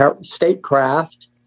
statecraft